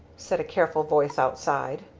said a careful voice outside.